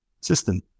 system